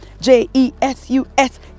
J-E-S-U-S